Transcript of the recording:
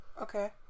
okay